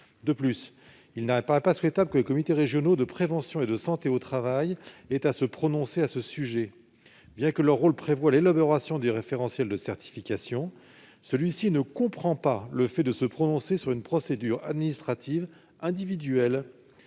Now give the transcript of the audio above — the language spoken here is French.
De plus, il ne paraît pas souhaitable que les comités régionaux de prévention et de santé au travail aient à se prononcer à ce sujet. Bien que leur rôle prévoie l'élaboration des référentiels de certification, celui-ci ne comprend pas qu'ils se prononcent sur une procédure administrative individuelle.